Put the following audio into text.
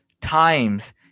times